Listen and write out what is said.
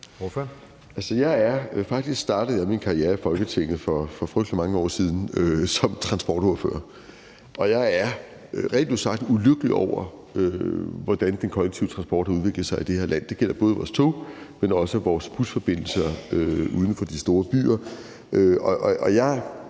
(RV): Altså, faktisk startede jeg min karriere i Folketinget for frygtelig mange år siden som transportordfører, og jeg er rent ud sagt ulykkelig over, hvordan den kollektive transport har udviklet sig i det her land. Det gælder både vores tog, men også vores busforbindelser uden for de store byer. Og jeg